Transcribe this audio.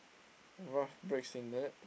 Ralph Breaks the Internet